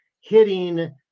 hitting